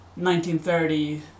1930